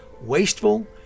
wasteful